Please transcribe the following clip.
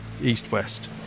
east-west